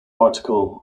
article